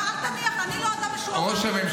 אל תניח, אני לא אדם משועמם, להפך.